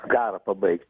karą pabaigt